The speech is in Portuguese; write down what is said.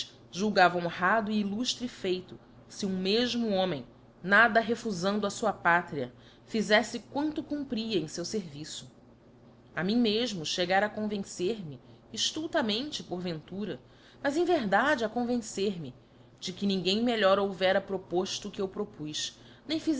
julgava honrado e illuftre feito fe um mefmo homem nada refufando á fua pátria fizeíte quanto cumpria em feu ferviço a mim mefmo chegara a cohvencer me eftultamente porventura mas em verdade a convencer-me de que ninguém melhor houvera propofto o que eu propuz nem